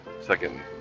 second